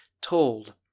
told